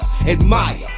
Admire